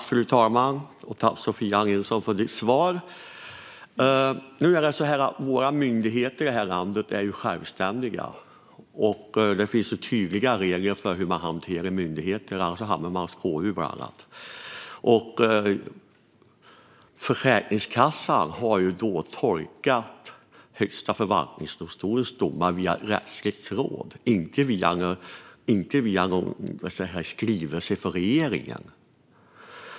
Fru talman! Tack, Sofia Nilsson, för ditt svar! Våra myndigheter i det här landet är självständiga. Det finns ju tydliga regler för hur man hanterar myndigheterna, och om man inte följer dem hamnar man hos KU. Försäkringskassan har tolkat Högsta förvaltningsdomstolens domar via rättsligt råd, inte via någon skrivelse från regeringen.